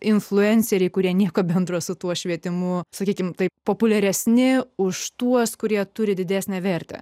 influenceriai kurie nieko bendro su tuo švietimu sakykime taip populiaresni už tuos kurie turi didesnę vertę